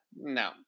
No